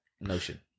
notion